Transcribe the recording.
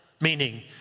meaning